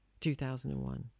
2001